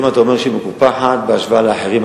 אם אתה אומר שהיא מקופחת בהשוואה לאחרים,